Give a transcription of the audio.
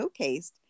showcased